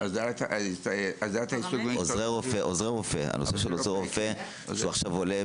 הנושא של עוזרי רופא שעולה עכשיו,